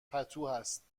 پتوهست